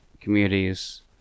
communities